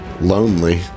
Lonely